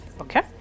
Okay